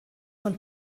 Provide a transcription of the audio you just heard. von